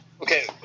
Okay